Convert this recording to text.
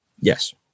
Yes